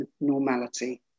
normality